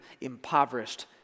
impoverished